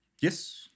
Yes